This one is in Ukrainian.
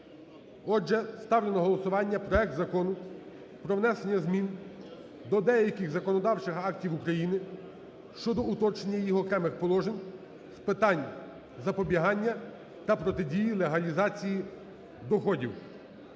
Отже, ставлю на голосування проект Закону про внесення змін до деяких законодавчих актів України щодо уточнення їх окремих положень з питань запобігання та протидії легалізації доходів